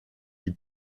die